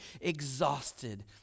exhausted